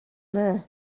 there